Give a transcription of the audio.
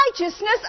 righteousness